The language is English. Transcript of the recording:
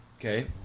Okay